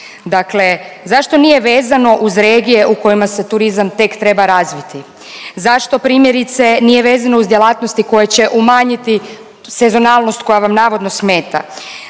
Dakle, zašto nije vezano uz regije u kojima se turizam tek treba razviti? Zašto, primjerice nije vezano uz djelatnosti koje će umanjiti sezonalnost koja vam navodno smeta?